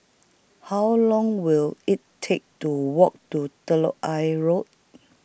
How Long Will IT Take to Walk to Ayer Road